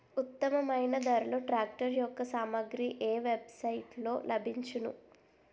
ఉత్తమమైన ధరలో ట్రాక్టర్ యెక్క సామాగ్రి ఏ వెబ్ సైట్ లో లభించును?